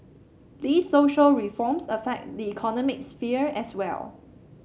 these social reforms affect the economic sphere as well